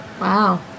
Wow